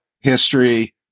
history